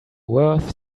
worth